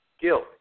guilt